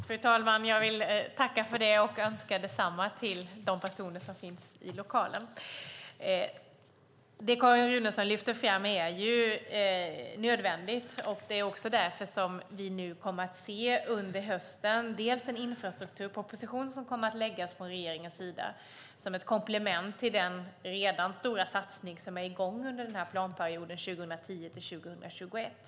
Fru talman! Jag tackar för det och önskar detsamma till de personer som finns i lokalen. Det som Carin Runeson lyfte fram är nödvändigt. Under hösten kommer regeringen att lägga fram en infrastrukturproposition som ett komplement till den stora satsning som redan är i gång under planperioden 2010-2021.